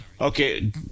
Okay